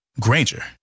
Granger